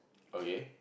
okay